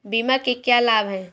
बीमा के क्या लाभ हैं?